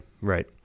right